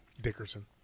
Dickerson